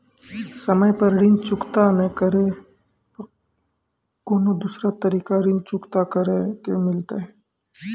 समय पर ऋण चुकता नै करे पर कोनो दूसरा तरीका ऋण चुकता करे के मिलतै?